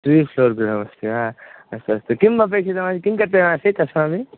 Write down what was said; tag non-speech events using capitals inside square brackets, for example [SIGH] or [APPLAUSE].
त्रि floor गृहमस्ति वा अस्तु अस्तु किम् अपेक्षितम् [UNINTELLIGIBLE] किं कर्तव्यम् आसीत् अस्माभिः